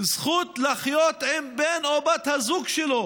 זכות לחיות עם בן או בת הזוג שלו.